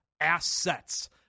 assets